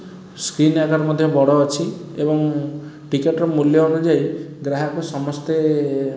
screen ଆକାର ମଧ୍ୟ ବଡ଼ ଅଛି ଏବଂ ଟିକେଟ୍ର ମୂଲ୍ୟ ଅନୁଯାୟୀ ଗ୍ରାହକ ସମସ୍ତେ